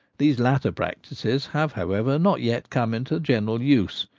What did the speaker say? these latter practices have, however, not yet come into general use,